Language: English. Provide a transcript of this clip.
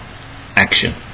action